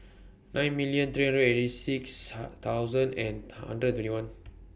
nine million three hundred eighty six thousand and hundred and twenty one